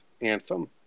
Anthem